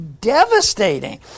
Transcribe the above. devastating